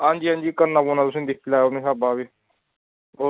हांजी हांजी करना पौना तुसें ई दिक्खी लैएओ अपने स्हाबै भी